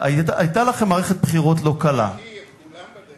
היתה לכם מערכת בחירות לא קלה, כולם בדרך החוצה.